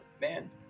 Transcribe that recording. man